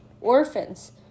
orphans